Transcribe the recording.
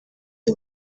y’u